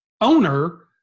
owner